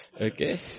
Okay